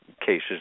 cases